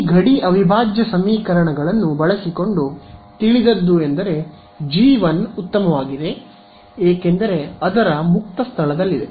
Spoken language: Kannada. ಈ ಗಡಿ ಅವಿಭಾಜ್ಯ ಸಮೀಕರಣಗಳನ್ನು ಬಳಸಿಕೊಂಡು ತಿಳಿದದ್ದು ಎಂದರೆ ಜಿ 1 ಉತ್ತಮವಾಗಿದೆ ಏಕೆಂದರೆ ಅದರ ಮುಕ್ತ ಸ್ಥಳದಲ್ಲಿದೆ